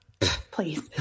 Please